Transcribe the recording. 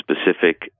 specific